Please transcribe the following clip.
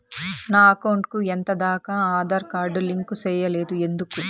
నా అకౌంట్ కు ఎంత దాకా ఆధార్ కార్డు లింకు సేయలేదు ఎందుకు